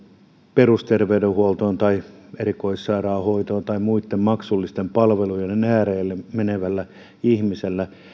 perusterveydenhuoltoon tai erikoissairaanhoitoon tai muitten maksullisten palveluiden äärelle menevällä ihmisellä